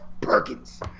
Perkins